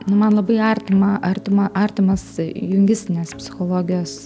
na man labai artimą artima artimas jungistinės psichologijos